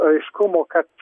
aiškumo kad